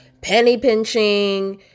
penny-pinching